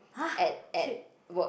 at at work